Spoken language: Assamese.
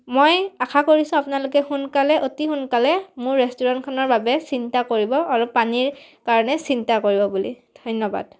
মই আশা কৰিছোঁ আপোনালোকে সোনকালে অতি সোনকালে মোৰ ৰেষ্টুৰেণ্টখনৰ বাবে চিন্তা কৰিব আৰু পানীৰ কাৰণে চিন্তা কৰিব বুলি ধন্যবাদ